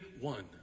one